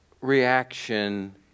reaction